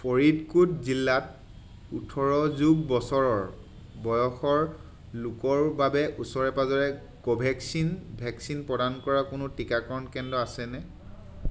ফৰিদকোট জিলাত ওঠৰ যোগ বছৰৰ বয়সৰ লোকৰ বাবে ওচৰে পাঁজৰে কোভেক্সিন ভেকচিন প্ৰদান কৰা কোনো টিকাকৰণ কেন্দ্ৰ আছেনে